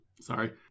Sorry